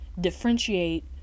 differentiate